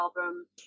album